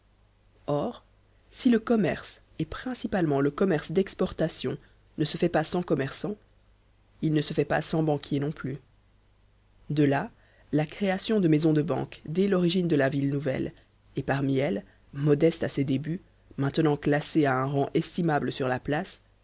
or si le commerce et principalement le commerce d'exportation ne se fait pas sans commerçants il ne se fait pas sans banquiers non plus de là la création de maisons de banque dès l'origine de la ville nouvelle et parmi elles modeste à ses débuts maintenant classée à un rang estimable sur la place